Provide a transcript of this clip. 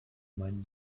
mein